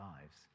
lives